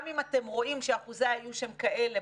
גם אם אתם רואים שאחוזי האיוש הם כאלה,